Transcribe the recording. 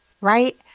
Right